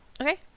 Okay